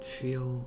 feel